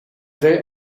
they